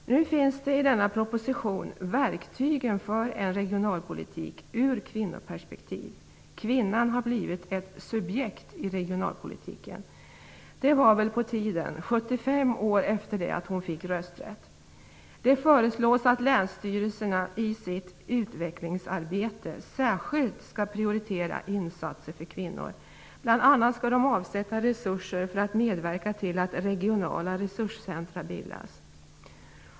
I denna proposition finns verktygen för en regionalpolitik ur ett kvinnoperspektiv. Kvinnan har blivit ett subjekt i regionalpolitiken. Det var på tiden, 75 år efter det att hon fick rösträtt. Det föreslås att länsstyrelserna i sitt utvecklingsarbete särskilt skall prioritera insatser för kvinnor. Bl.a. skall de avsätta resurser för att medverka till att regionala resurscentrum bildas.